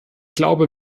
glaube